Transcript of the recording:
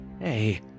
Hey